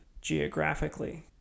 geographically